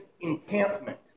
encampment